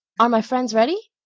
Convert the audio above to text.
are my friends ready?